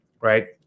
Right